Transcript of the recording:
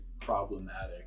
problematic